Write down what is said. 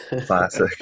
Classic